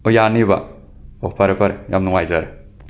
ꯑꯣ ꯌꯥꯅꯤꯕ ꯑꯣ ꯐꯔꯦ ꯐꯔꯦ ꯌꯥꯝ ꯅꯨꯡꯉꯥꯏꯖꯔꯦ